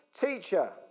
Teacher